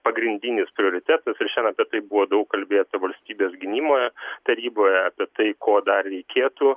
pagrindinis prioritetas ir šian apie tai buvo daug kalbėta valstybės gynimo taryboje apie tai ko dar reikėtų